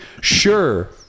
sure